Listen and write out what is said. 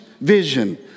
vision